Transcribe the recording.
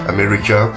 America